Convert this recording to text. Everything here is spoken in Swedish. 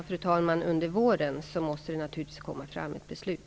Fru talman! Under våren måste det naturligtvis komma fram ett beslut.